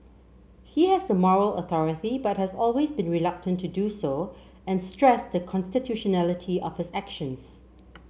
he has the moral authority but has always been reluctant to do so and stressed the constitutionality of his actions